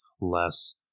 less